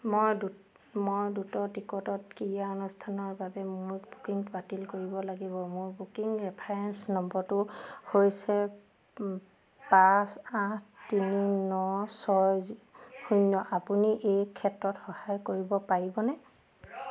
মই দ্ৰুত মই দ্ৰুত টিকটত ক্ৰীড়া অনুষ্ঠানৰ বাবে মোৰ বুকিং বাতিল কৰিব লাগিব মোৰ বুকিং ৰেফাৰেন্স নম্বৰটো হৈছে পাঁচ আঠ তিনি ন ছয় শূন্য আপুনি এই ক্ষেত্ৰত সহায় কৰিব পাৰিবনে